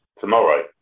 tomorrow